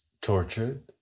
tortured